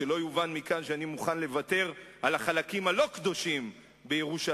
שלא יובן מכאן שאני מוכן לוותר על החלקים הלא-קדושים בירושלים,